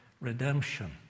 redemption